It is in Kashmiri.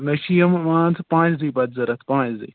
مےٚ چھِ یِم مان ژٕ پانٛژھِ دۄہہِ پَتہٕ ضوٚرَتھ پانٛژھِ دۄہہِ